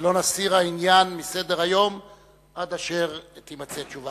ולא נסיר את העניין מסדר-היום עד אשר תימצא תשובה.